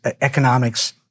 economics